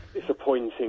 disappointing